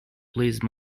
please